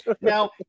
Now